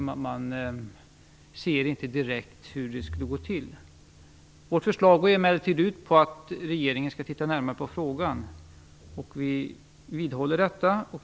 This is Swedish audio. Man ser inte direkt hur det skulle gå till. Vårt förslag går emellertid ut på att regeringen skall titta närmare på frågan, och vi vidhåller detta.